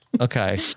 Okay